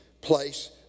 place